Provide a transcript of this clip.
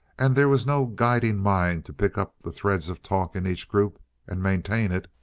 and there was no guiding mind to pick up the threads of talk in each group and maintain it,